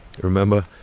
Remember